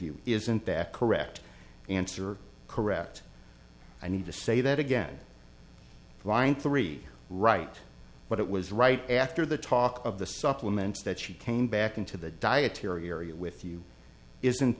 you isn't that correct answer correct i need to say that again line three right but it was right after the talk of the supplements that she came back into the dietary area with you isn't